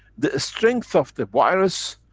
the strength of the virus,